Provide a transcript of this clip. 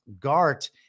GART